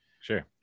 Sure